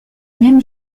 même